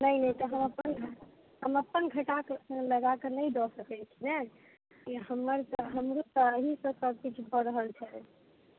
नहि नहि तऽ हम अपन हम अपन घटाके लगाके नहि दऽ सकैत छी ने हमर हमरो तऽ एहिसँ सब किछु भऽ रहल छै